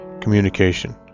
communication